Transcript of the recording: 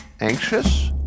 anxious